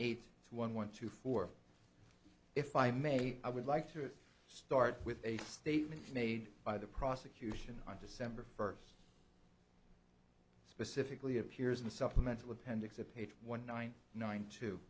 one one two four if i may i would like to start with a statement made by the prosecution on december first specifically appears in a supplemental appendix of page one nine nine